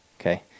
Okay